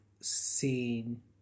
seen